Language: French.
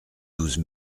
douze